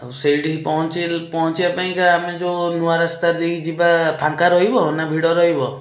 ଆଉ ସେଇଠିକି ପହଞ୍ଚିବା ପାଇଁକା ଆମେ ଯେଉଁ ନୂଆରାସ୍ତା ଦେଇକି ଯିବା ଫାଙ୍କାରହିବ ନା ଭିଡ଼ରହିବ